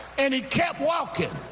and he kept walking.